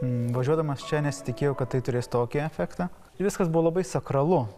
važiuodamas čia nesitikėjo kad tai turės tokį efektą viskas buvo labai sakralu